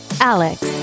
Alex